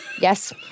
yes